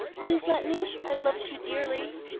please let me? i'd love to dearly.